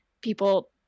people